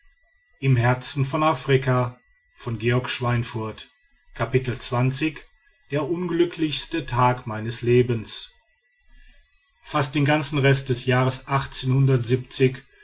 der unglücklichste tag meines lebens fast den ganzen rest des jahres